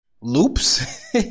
loops